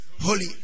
holy